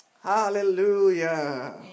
Hallelujah